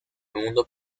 mundo